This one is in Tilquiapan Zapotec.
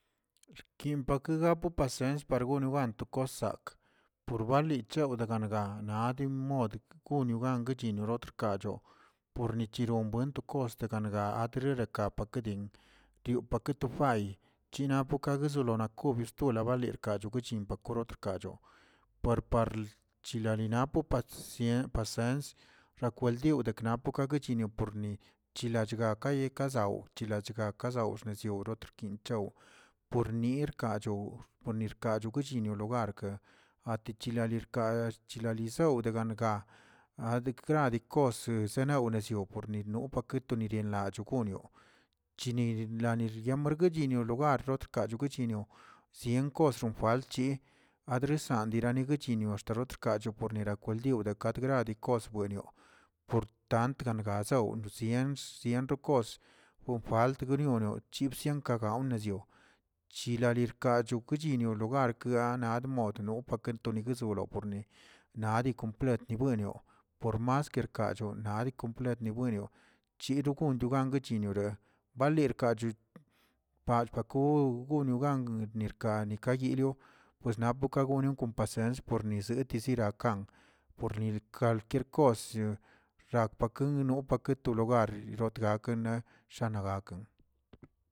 Xkin pake gap pasens par gono gan to kosakꞌ, por bali chewdeganigangan nadinmodkə guniogan gacheno rotrkacho pornichero buen gostgue ganga trirelekap ekedin diopaketofay chinapokaguesolona kobistola valer kacho kachimpa korotrkacho puerpar chilaninapo pats pasens rakweldio deke napoka kwechinioꞌ porni chilachgak kaye kazao wchilachgak zawzmerzyiw etrkinchaw, pornirkacho pornirkacho kuchiniologarkə atichilarirka chilalisew ganga adrikandikos sesenawnizioꞌ porni nupaketonirielachgunioꞌ chini larniembr guechinio logar otrkachini kuchinioꞌ sien kosroo lchi adresan diraniguchi axt rotr kach pornira kwaldio dekadgradi noswenioꞌ por tant tganazew zienx zien rokoss gon falt gnioꞌno sienkagawneꞌ chilari rkachu kuchinioꞌ logar keana mor admodno pakentonigzulo nadi komplet wenioꞌ por mas kerkach nadi komplet ni winioꞌ, chiru gundo gan guechinioꞌre baler kachu par jakou guno gan nirka nikayelioꞌ, pues napoka gonion kom pasens pornize tezirakan pornir kalquier kosni raparken no paketologar rotragaken na shanegaken.